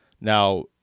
Now